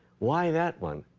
why that one?